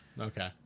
Okay